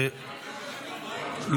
אה,